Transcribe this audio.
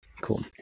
Cool